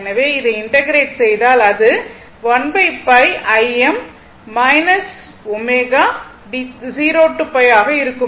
எனவே அதை இன்டெக்ரேட் செய்தால் அது ஆக இருக்கும்